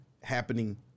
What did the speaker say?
happening